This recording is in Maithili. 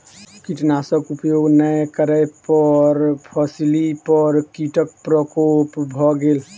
कीटनाशक उपयोग नै करै पर फसिली पर कीटक प्रकोप भ गेल